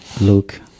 Luke